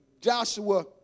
Joshua